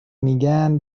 میگن